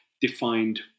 defined